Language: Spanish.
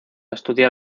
estudiar